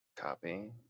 Copy